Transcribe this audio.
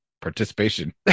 participation